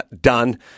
done